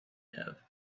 have